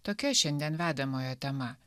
tokia šiandien vedamojo tema